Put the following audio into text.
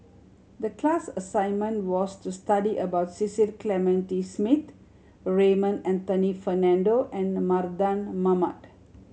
the class assignment was to study about Cecil Clementi Smith Raymond Anthony Fernando and Mardan Mamat